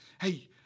hey